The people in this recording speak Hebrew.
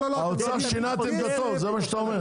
האוצר שינה את עמדתו, זה מה שאתה אומר?